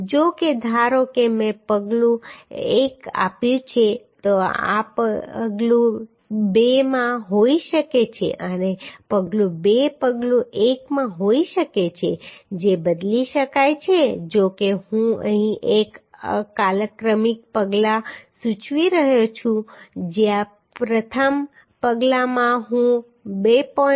જો કે ધારો કે મેં પગલું 1 આપ્યું છે આ તે પગલું 2 માં હોઈ શકે છે અને પગલું 2 પગલું 1 માં હોઈ શકે છે જે બદલી શકાય છે જો કે હું અહીં એક કાલક્રમિક પગલાં સૂચવી રહ્યો છું જ્યાં પ્રથમ પગલામાં હું 2